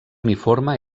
uniforme